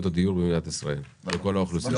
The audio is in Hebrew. הדיור במדינת ישראל לכל האוכלוסיות.